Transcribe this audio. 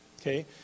Okay